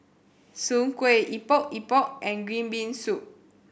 Soon Kueh Epok Epok and green bean soup